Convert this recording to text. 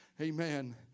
Amen